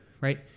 right